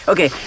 Okay